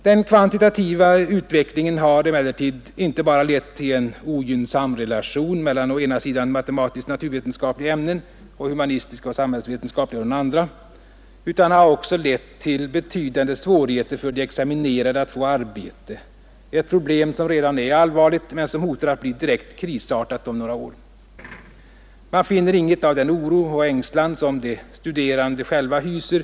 Den kvantitativa utvecklingen har emellertid inte bara lett till en ogynnsam relation mellan å ena sidan matematisk-naturvetenskapliga ämnen och å andra sidan humanistiska och samhällsvetenskapliga, utan den har också lett till betydande svårigheter för de examinerade att få arbete, ett problem som redan är allvarligt men som hotar att bli direkt krisartat om några år. Man finner i de senaste statsverkspropositionerna inget av den oro och ängslan som de studerande hyser.